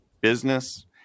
business